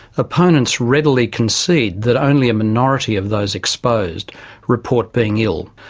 opponents readily concede that only a minority of those exposed report being ill,